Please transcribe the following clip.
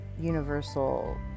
universal